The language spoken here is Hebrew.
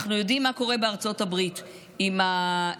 אנחנו יודעים מה קורה בארצות הברית עם הזכות